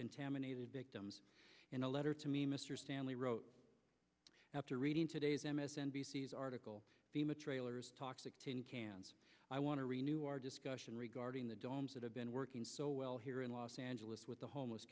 contaminated victims in a letter to me mr stanley wrote after reading today's m s n b c s article fema trailers toxic tin cans i want to renew our discussion regarding the domes that have been working so well here in los angeles with the homeless